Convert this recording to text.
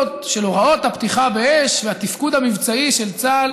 של הוראות הפתיחה באש והתפקוד המבצעי של צה"ל